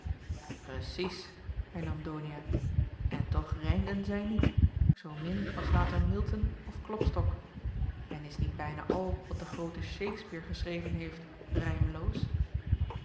precies hernam donia en toch rijmden zij niet zoomin als later milton of klopstock en is niet bijna al wat de groote shakspere geschreven heeft